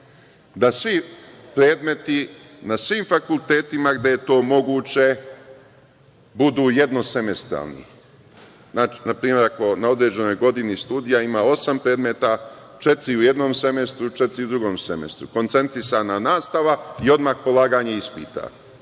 da svi predmeti na svim fakultetima gde je to moguće budu jednosemestralni. Na primer, ako na određenoj godini studija ima osam predmeta, četiri u jednom semestru, četiri u drugom semestru. Koncentrisana nastava i odmah polaganje ispita.